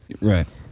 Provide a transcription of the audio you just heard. Right